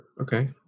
okay